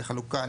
לחלוקה,